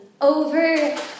over